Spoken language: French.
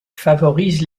favorise